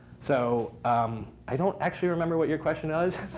so i don't actually remember what your question was.